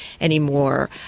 anymore